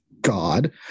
God